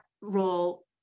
role